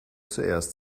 zuerst